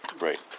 Right